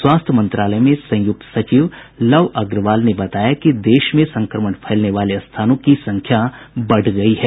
स्वास्थ्य मंत्रालय में संयुक्त सचिव लव अग्रवाल ने बताया कि देश में संक्रमण फैलने वाले स्थानों की संख्या बढ़ गई है